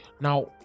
Now